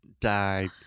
die